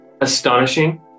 astonishing